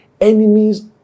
enemies